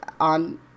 on